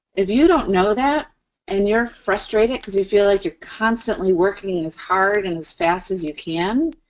if you don't know that and you're frustrated because you feel like you're constantly working as hard and as fast as you can,